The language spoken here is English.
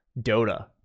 dota